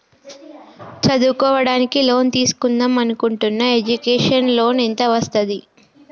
చదువుకోవడానికి లోన్ తీస్కుందాం అనుకుంటున్నా ఎడ్యుకేషన్ లోన్ ఎంత వస్తది?